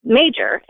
major